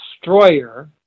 destroyer